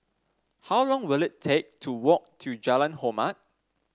how long will it take to walk to Jalan Hormat